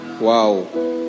wow